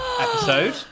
episode